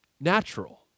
natural